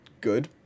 good